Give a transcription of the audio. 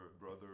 brother